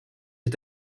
est